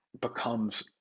becomes